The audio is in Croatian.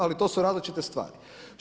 Ali, to su različite stvari.